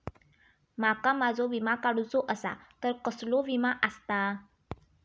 माका माझो विमा काडुचो असा तर कसलो विमा आस्ता?